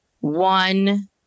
one